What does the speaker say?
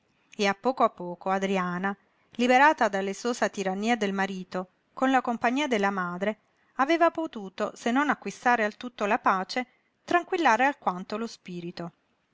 e a poco a poco adriana liberata dall'esosa tirannia del marito con la compagnia della madre aveva potuto se non acquistare al tutto la pace tranquillare alquanto lo spirito